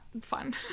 fun